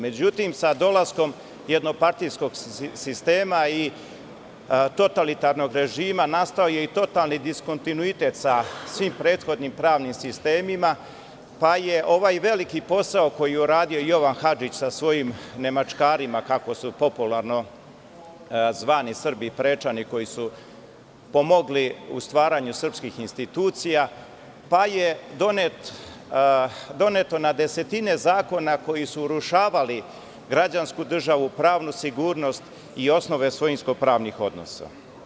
Međutim, sa dolaskom jednopartijskog sistema i totalitarnog režima nastao je i totalni diskontinuitet sa svim prethodnim pravnim sistemima, pa je ovaj veliki posao, koji je uradio Jovan Hadžić sa svojim "nemačkarima", kako su popularno zvani Srbi prečani, koji su pomogli u stvaranju srpskih institucija, pa je doneto na desetine zakona, koji su urušavali građansku državu, pravnu sigurnost i osnove svojinsko-pravnih odnosa.